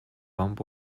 bump